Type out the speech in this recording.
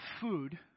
food